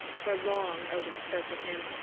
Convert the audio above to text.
for long odin spoke with him,